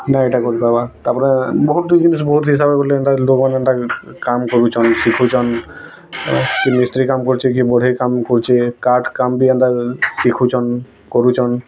ନାଇଁ ଇଟା କରିପାର୍ବା ତା'ପରେ ବହୁତ୍ ଟେ ଜିନିଷ୍ ବହୁତ୍ ହିସାବ୍ ବୋଲେ ଲୋକ୍ମାନେ ଏନ୍ତା କାମ୍ କରୁଛନ୍ତ ଶିଖୁଛନ୍ତ୍ କିଏ ମିସ୍ତ୍ରୀ କାମ୍ କରୁଛି କିଏ ବଢ଼େଇ କାମ୍ କରୁଛେ କାଠ କାମ୍ ବି ଏନ୍ତା ଶିଖୁଛନ୍ କରୁଛନ୍